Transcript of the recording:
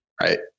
right